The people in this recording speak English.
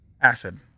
Acid